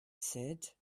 said